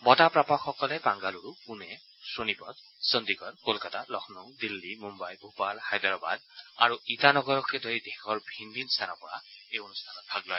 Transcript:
বঁটা প্ৰাপকসকলে বাংগালুৰু পুনে শোণিপট চণ্ডিগড্ কলকাতা লক্ষ্ণৌ দিল্লী মুন্নাই ভূপাল হায়দৰাবাদ আৰু ইটানগৰকে ধৰি দেশৰ ভিন ভিন স্থানৰ পৰা এই অনুষ্ঠানত ভাগ লয়